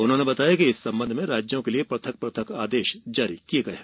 उन्होंने बताया की इस संबंध में राज्यों के लिए पृथक पृथक आदेश जारी किये गये है